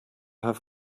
have